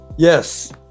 Yes